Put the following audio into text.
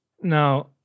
Now